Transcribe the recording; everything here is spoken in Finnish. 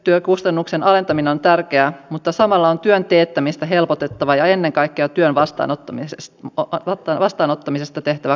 yksikkötyökustannusten alentaminen on tärkeää mutta samalla on työn teettämistä helpotettava ja ennen kaikkea työn vastaanottamisesta tehtävä kannattavaa